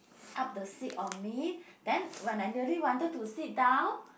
up the seat of me then when I nearly wanted to sit down